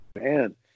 man